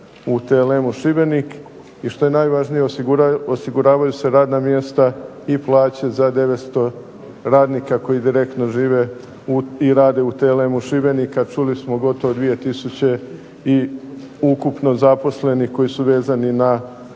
u TLM-u Šibenik i što je najvažnije osiguravaju se radna mjesta i plaće za 900 radnika koji direktno žive i rade u TLM-u Šibenik, a čuli smo i gotovo 2000 ukupno zaposlenih koji su vezani na